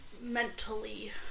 mentally